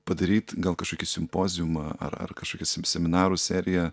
padaryt gal kažkokį simpoziumą ar ar kažkokį sem seminarų seriją